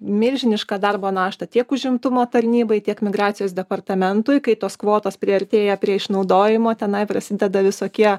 milžinišką darbo naštą tiek užimtumo tarnybai tiek migracijos departamentui kai tos kvotos priartėja prie išnaudojimo tenai prasideda visokie